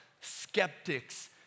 skeptics